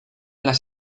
las